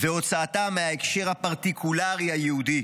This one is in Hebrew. והוצאתה מההקשר הפרטיקולרי היהודי,